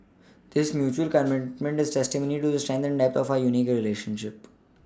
this mutual commitment is testimony to the strength and depth of our unique relationship